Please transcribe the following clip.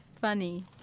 funny